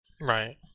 Right